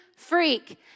Freak